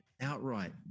outright